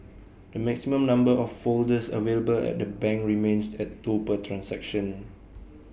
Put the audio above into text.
the maximum number of folders available at the banks remains at two per transaction